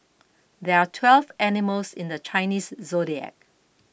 there are twelve animals in the Chinese zodiac